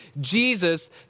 Jesus